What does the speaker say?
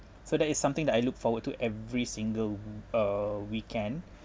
so that is something that I look forward to every single uh weekend